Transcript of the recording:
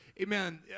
Amen